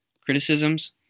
criticisms